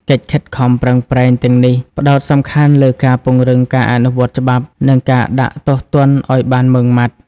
កិច្ចខិតខំប្រឹងប្រែងទាំងនេះផ្តោតសំខាន់លើការពង្រឹងការអនុវត្តច្បាប់ និងការដាក់ទោសទណ្ឌឲ្យបានម៉ឺងម៉ាត់។